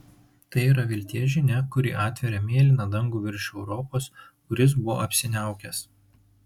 tai yra vilties žinia kuri atveria mėlyną dangų virš europos kuris buvo apsiniaukęs